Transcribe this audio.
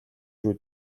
шүү